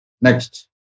Next